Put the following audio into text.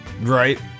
Right